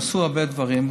עשו הרבה דברים.